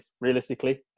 realistically